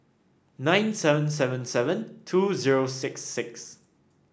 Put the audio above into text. nine seven seven seven two zero six six